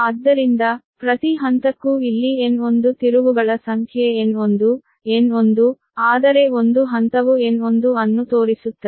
ಆದ್ದರಿಂದ ಪ್ರತಿ ಹಂತಕ್ಕೂ ಇಲ್ಲಿ N1 ತಿರುವುಗಳ ಸಂಖ್ಯೆ N1 N1 ಆದರೆ ಒಂದು ಹಂತವು N1 ಅನ್ನು ತೋರಿಸುತ್ತದೆ